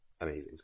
amazing